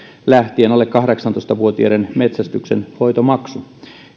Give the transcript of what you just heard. lähtien alle kahdeksantoista vuotiaiden metsästyksen hoitomaksu